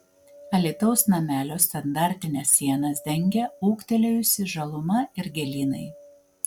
alytaus namelio standartines sienas dengia ūgtelėjusi žaluma ir gėlynai